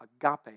agape